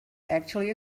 actually